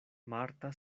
marta